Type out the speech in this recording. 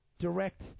Direct